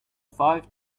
five